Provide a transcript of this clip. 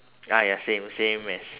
ah ya same same as